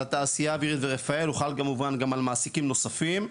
התעשייה אווירית ורפאל וחל כמובן גם על מעסיקים נוספים,